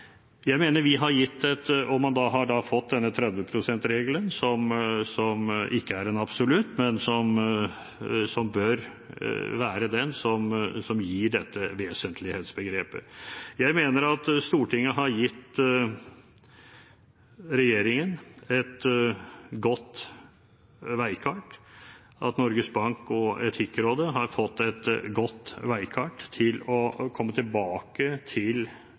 Man har da fått denne 30 pst.-regelen, som ikke er en absolutt regel, men som bør være den som gir dette vesentlighetsbegrepet. Jeg mener at Stortinget har gitt regjeringen et godt veikart, at Norges Bank og Etikkrådet har fått et godt veikart til å komme tilbake til